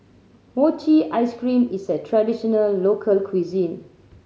mochi ice cream is a traditional local cuisine